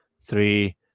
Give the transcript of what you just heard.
three